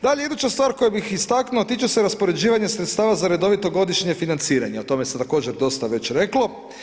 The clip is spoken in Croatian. Dalje, iduća stvar koju bih istaknuo, tiče se raspoređivanje sredstava za redovito godišnje financiranje, o tome se također dosta već reklo.